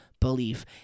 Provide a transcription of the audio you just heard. belief